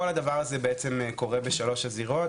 כל הדבר הזה בעצם קורה בשלוש הזירות,